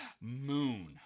Moon